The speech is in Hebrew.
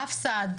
הפס"ד,